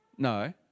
No